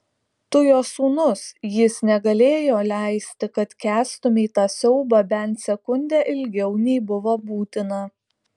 tu jo sūnus jis negalėjo leisti kad kęstumei tą siaubą bent sekundę ilgiau nei buvo būtina